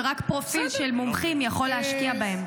שרק פרופיל של מומחים יכול להשקיע בהן.